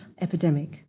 epidemic